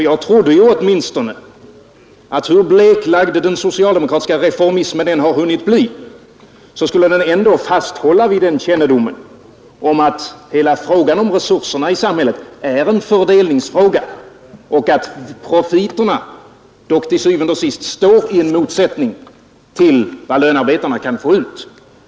Jag trodde åtminstone, hur bleklagd den socialdemokratiska reformismen än har hunnit bli, att den ändå skulle fasthålla vid kännedomen om att hela frågan om resurserna i samhället är en fördelningsfråga och att profiterna dock til syvende og sidst står i en motsättning till vad lönearbetarna kan få ut.